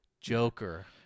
joker